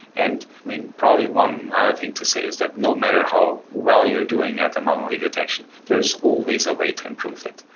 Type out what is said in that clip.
and mean, probably one other thing to say is that no matter how well you're doing at anomaly detection, there's always a way to improve it.